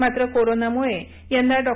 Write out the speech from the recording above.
मात्र कोरोनामुळे यंदा डॉ